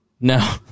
no